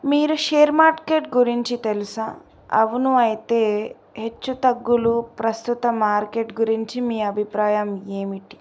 మీరు share market గురించి తెలుసా అవును అయితే హెచ్చుతగ్గులు ప్రస్తుత మార్కెట్ గురించి మీ అభిప్రాయం ఏమిటి